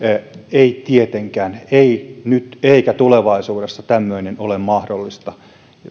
ei tietenkään ei nyt eikä tulevaisuudessa tämmöinen ole mahdollista